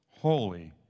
holy